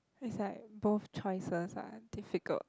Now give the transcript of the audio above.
is like both choices are difficult